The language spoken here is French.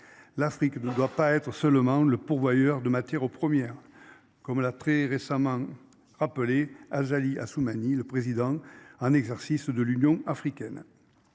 L'Afrique ne doit pas être seulement le pourvoyeurs de matières premières comme l'a très récemment rappelé Azali Assoumani, le président en exercice de l'Union africaine.